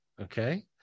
Okay